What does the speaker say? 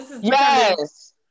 yes